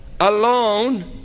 alone